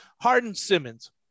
Harden-Simmons